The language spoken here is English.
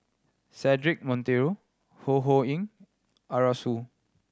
Cedric Monteiro Ho Ho Ying Arasu